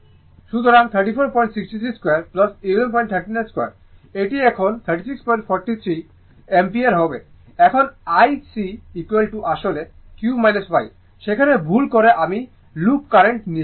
সুতরাং 3463 square 1139 square এটি এখন 3646 অ্যাম্পিয়ার এবং এখন IC আসলে q y সেখানে ভুল করে আমি লুপ কারেন্ট নিয়েছি